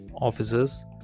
officers